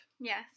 Yes